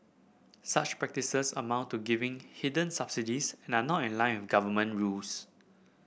such practices amount to giving hidden subsidies and are not in line government rules